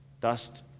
Dust